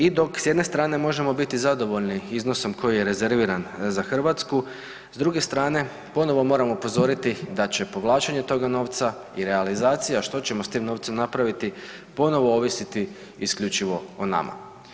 I dok s jedne strane možemo biti zadovoljni iznosom koji je rezerviran za Hrvatsku s druge strane ponovo moramo upozoriti da će povlačenje toga novca i realizacija što ćemo s tim novcem napraviti ponovo ovisiti isključivo o nama.